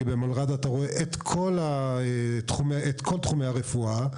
כי במלר"ד אתה רואה את כל תחומי הרפואה,